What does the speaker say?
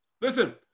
Listen